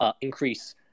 increase